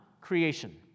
creation